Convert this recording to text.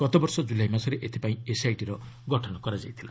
ଗତବର୍ଷ ଜୁଲାଇ ମାସରେ ଏଥିପାଇଁ ଏସ୍ଆଇଟିର ଗଠନ କରାଯାଇଥିଲା